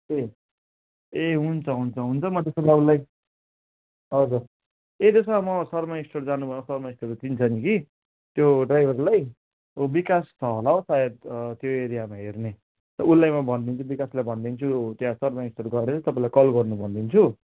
ए ए हुन्छ हुन्छ हुन्छ म त्यसो भए उसलाई हजुर ए त्यसो भए म शर्मा स्टोर जानु अब शर्मा स्टोर त चिन्छ नि कि त्यो ड्राइभरलाई विकास छ होला हौ सायद त्यो एरियामा हेर्ने उसलाई म भनिदिन्छु विकासलाई भनिदिन्छु त्यहाँ शर्मा स्टोर गएर चाहिँ तपाईँलाई कल गर्नु भनिदिन्छु